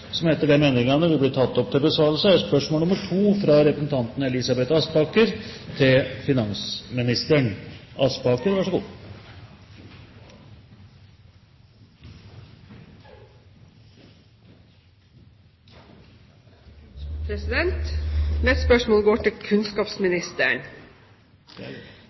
som etter disse endringene vil bli tatt opp til besvarelse, er spørsmål 2, fra representanten Elisabeth Aspaker til kunnskapsministeren. Mitt spørsmål går til kunnskapsministeren: